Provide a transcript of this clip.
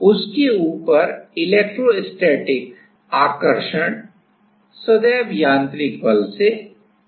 उसके ऊपर इलेक्ट्रोस्टैटिक आकर्षण सदैव यांत्रिक बल से अधिक होता है